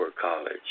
college